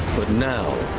but now